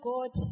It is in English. God